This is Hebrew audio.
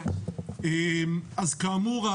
כאמור,